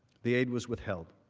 the aide was withheld.